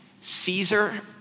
Caesar